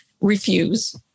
refuse